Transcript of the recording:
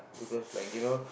here goes like it know